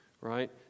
right